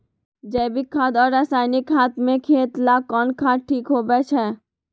जैविक खाद और रासायनिक खाद में खेत ला कौन खाद ठीक होवैछे?